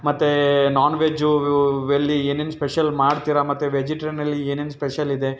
ಮತ್ತು ನಾನು ವೆಜ್ಜೂವೆಲ್ಲಿ ಏನೇನು ಸ್ಪೆಷಲ್ ಮಾಡ್ತೀರ ಮತ್ತು ವೆಜಿಟ್ರೇನಲ್ಲಿ ಏನೇನು ಸ್ಪೆಷಲ್ ಇದೆ